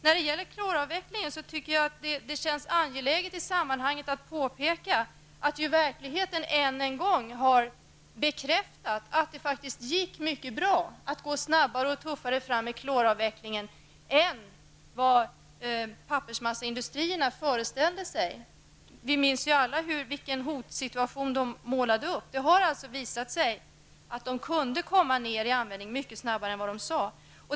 När det gäller kloravvecklingen tycker jag att det känns angeläget att i sammanhanget påpeka att verkligheten än en gång har bekräftat att det faktiskt gick mycket bra att gå snabbare och tuffare fram med kloravvecklingen än vad pappersmassaindustrierna föreställde sig. Vi minns ju alla vilken hotsituation de målade upp. Det har alltså visat sig att pappersmassaindustrien kunde minska sin kloranvändning mycket snabbare än vad de sade.